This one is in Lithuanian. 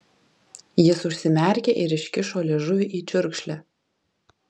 jis užsimerkė ir iškišo liežuvį į čiurkšlę